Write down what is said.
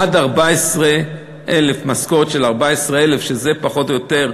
עד משכורת של 14,000, שזה פחות או יותר,